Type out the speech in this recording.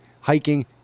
hiking